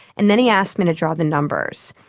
and then he asked me to draw the numbers.